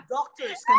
Doctors